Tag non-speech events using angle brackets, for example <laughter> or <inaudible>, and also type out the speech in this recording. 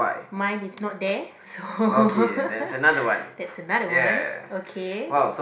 mine is not there so <laughs> that is another one okay